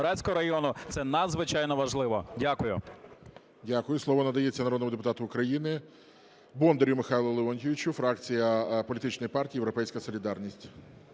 це надзвичайно важливо. Дякую. ГОЛОВУЮЧИЙ. Дякую. Слово надається народному депутату України Бондарю Михайлу Леонтійовичу, фракція політичної партії "Європейська солідарність".